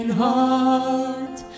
heart